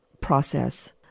process